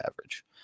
average